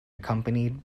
accompanied